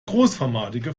großformatige